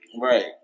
Right